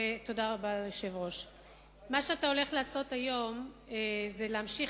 מה שאתה הולך לעשות היום זה להמשיך